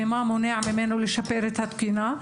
ומה מונע ממנו לשפר את התקינה,